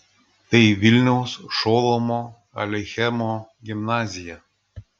tai vilniaus šolomo aleichemo gimnazija